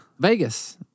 Vegas